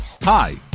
Hi